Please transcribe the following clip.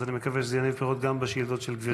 אז אני מקווה שזה יניב פירות גם בשאילתות של גברתי.